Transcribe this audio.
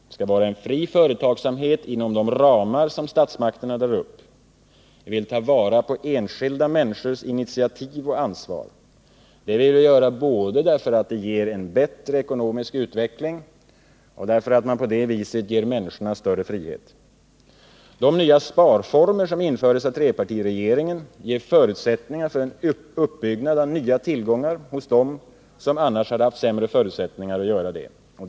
Det skall vara fri företagsamhet inom de ramar som statsmakterna drar upp. Vi vill ta vara på enskilda människors initiativ och ansvar. Det vill vi göra både därför att det ger en bättre ekonomisk utveckling och därför att man på det viset ger människorna större frihet. De nya sparformer som infördes av trepartiregeringen ger förutsättningar för en uppbyggnad av nya tillgångar hos dem som annars hade haft sämre möjligheter härtill.